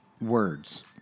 words